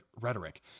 rhetoric